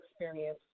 experience